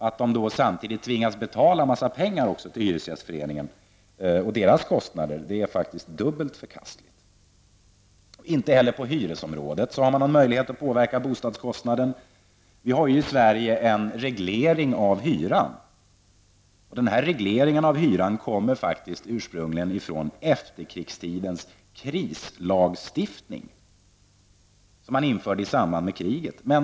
Att de samtidigt tvingas betala en massa pengar till Hyresgästföreningen och dess kostnader är dubbelt förkastligt. Inte heller på hyresområdet har man någon möjlighet att påverka bostadskostnaden. Vi har i Sverige en reglering av hyran som faktiskt kommer från den krislagstiftning som infördes i samband med kriget.